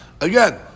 again